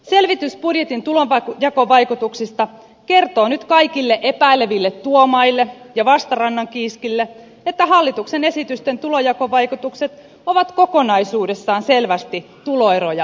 selvitys budjetin tulonjakovaikutuksista kertoo nyt kaikille epäileville tuomaille ja vastarannankiiskille että hallituksen esitysten tulonjakovaikutukset ovat kokonaisuudessaan selvästi tuloeroja vähentäviä